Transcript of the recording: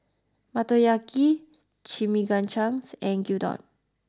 Motoyaki Chimichangas and Gyudon